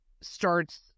starts